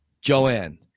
Joanne